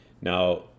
Now